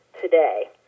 today